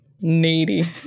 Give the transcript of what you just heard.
Needy